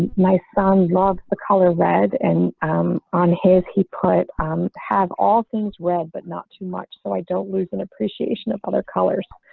my son loves the color red and on his. he put have all things web but not too much, so i don't lose an appreciation of other colors.